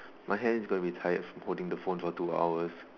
my hand is gonna be tired for holding the phone for two hours